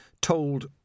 told